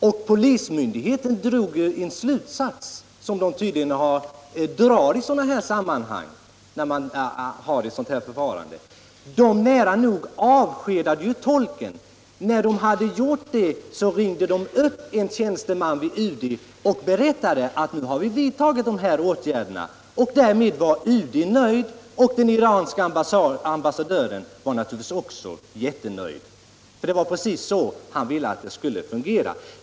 Och polismyndigheten drog en slutsats, som tydligen sker i sådana här sammanhang, och avskedade nära nog tolken. Därefter ringde man upp en tjänsteman vid UD och berättade att åtgärder hade vidtagits. Därmed var man nöjd vid UD, och den iranske ambassadören var naturligtvis också jättenöjd, för det var precis så han ville att det skulle fungera.